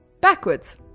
Backwards